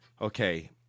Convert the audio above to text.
Okay